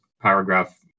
paragraph